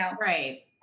right